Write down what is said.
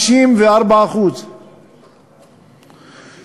54%. 54%?